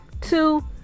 two